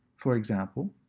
for example,